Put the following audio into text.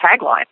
tagline